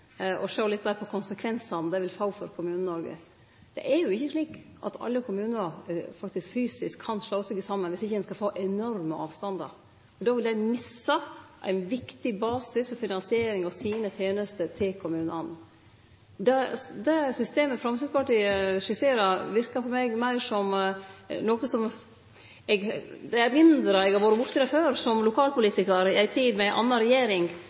og sjå litt meir på konsekvensane det vil få for Kommune-Noreg. Det er ikkje slik at alle kommunar faktisk fysisk kan slå seg saman, viss ein ikkje skal få enorme avstandar. Då vil dei misse ein viktig basis og finansiering av sine tenester til kommunane. Systemet Framstegspartiet skisserer, er noko eg hugsar eg har vore borti før som lokalpolitikar, i ei tid med ei anna regjering,